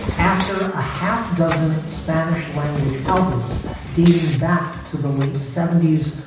after a half dozen spanish language albums dating back to the late seventy s,